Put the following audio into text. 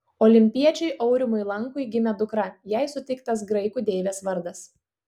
olimpiečiui aurimui lankui gimė dukra jai suteiktas graikų deivės vardas